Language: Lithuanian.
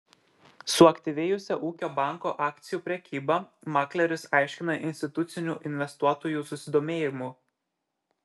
suaktyvėjusią ūkio banko akcijų prekybą makleris aiškina institucinių investuotojų susidomėjimu